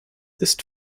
ist